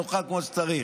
נאכל כמו שצריך.